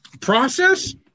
process